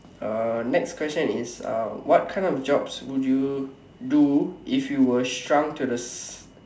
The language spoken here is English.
uh next question is uh what kind of jobs would you do if you were shrunk to the s~